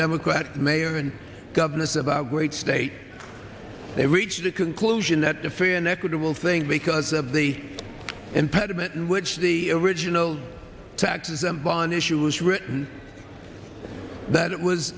democrat mayor and governors about great state they reached a conclusion that the fear an equitable thing because of the impediment in which the original taxes and bond issue was written that it was